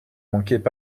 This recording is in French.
manquaient